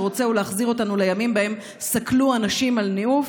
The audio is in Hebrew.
רוצה הוא להחזיר אותנו לימים שבהם סקלו אנשים על ניאוף.